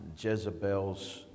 Jezebel's